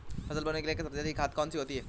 फसल बोने के लिए सबसे अच्छी खाद कौन सी होती है?